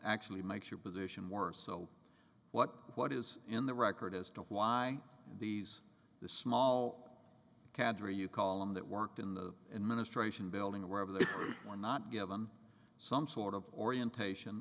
actually makes your position worse so what what is in the record as to why these the small cadre you call him that worked in the administration building or wherever they were not given some sort of orientation